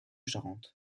charentes